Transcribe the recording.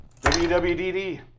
WWDD